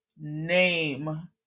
name